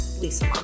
Lisa